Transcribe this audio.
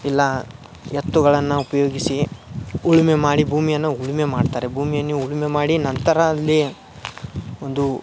ಇಲ್ಲ ಎತ್ತುಗಳನ್ನು ಉಪಯೋಗಿಸಿ ಉಳುಮೆ ಮಾಡಿ ಭೂಮಿಯನ್ನು ಉಳುಮೆ ಮಾಡ್ತಾರೆ ಭೂಮಿಯನ್ನು ಉಳುಮೆ ಮಾಡಿ ನಂತರ ಅಲ್ಲಿ ಒಂದು